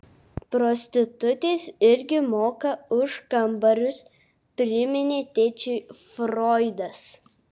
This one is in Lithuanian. prostitutės irgi moka už kambarius priminė tėčiui froidas